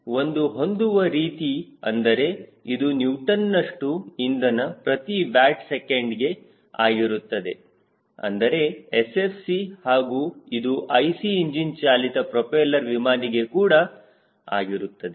ಹೀಗಾಗಿ ಒಂದು ಹೊಂದುವ ರೀತಿ ಅಂದರೆ ಇದು ನ್ಯೂಟನ್ ನಷ್ಟು ಇಂಧನ ಪ್ರತಿ ವ್ಯಾಟ್ ಸೆಕೆಂಡ್ ಆಗಿರುತ್ತದೆ ಅಂದರೆ SFC ಹಾಗೂ ಇದು ಐಸಿ ಇಂಜಿನ್ ಚಾಲಿತ ಪ್ರೋಪೆಲ್ಲರ್ ವಿಮಾನಿಗೆ ಕೂಡ ಆಗಿರುತ್ತದೆ